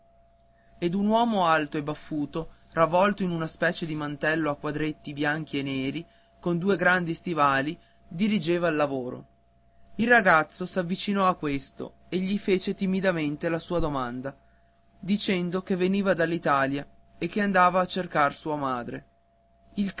ed un uomo alto e baffuto ravvolto in una specie di mantello a quadretti bianchi e neri con due grandi stivali dirigeva il lavoro il ragazzo s'avvicinò a questo e gli fece timidamente la sua domanda dicendo che veniva dall'italia e che andava a cercare sua madre il